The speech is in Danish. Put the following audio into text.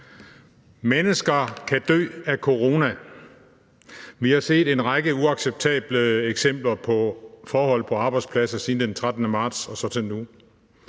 Mennesker kan dø af corona. Vi har set en række uacceptable eksempler på forhold på arbejdspladser fra den 13. marts og så til nu.